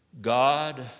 God